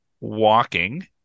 walking